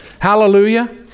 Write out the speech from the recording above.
Hallelujah